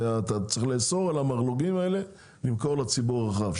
אתה צריך לאסור על המרלו"גים האלה למכור לציבור הרחב.